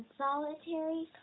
solitary